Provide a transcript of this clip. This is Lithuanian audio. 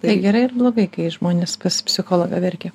tai gerai ar blogai kai žmonės pas psichologą verkia